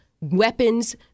weapons